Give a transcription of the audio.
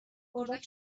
اردک